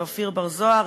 לאופיר בר-זוהר,